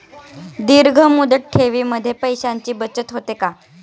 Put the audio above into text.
दीर्घ मुदत ठेवीमध्ये पैशांची बचत होते का?